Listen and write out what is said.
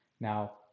Now